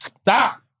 stop